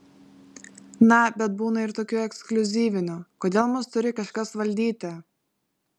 na bet būna ir tokių ekskliuzyvinių kodėl mus turi kažkas valdyti